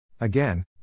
Again